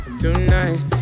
tonight